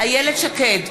איילת שקד,